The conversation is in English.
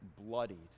bloodied